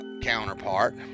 counterpart